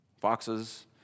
Foxes